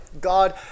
God